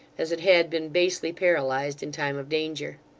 as it had been basely paralysed in time of danger.